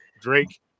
Drake